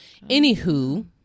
anywho